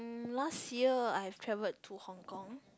last year I've traveled to Hong-Kong